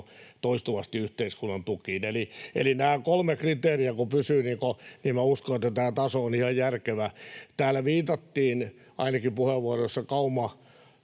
toistuvasti yhteiskunnan tukiin. Eli nämä kolme kriteeriä kun pysyvät, niin minä uskon, että tämä taso on ihan järkevä. Täällä viitattiin — ainakin Kauman